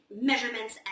measurements